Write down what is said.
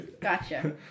Gotcha